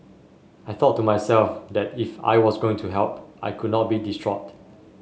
i thought to myself that if I was going to help I could not be distraught